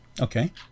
Okay